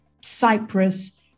Cyprus